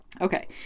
Okay